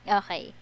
okay